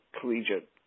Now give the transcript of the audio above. collegiate